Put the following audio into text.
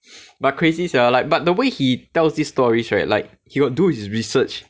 but crazy sia like but the way he tells this story right like he'll do his research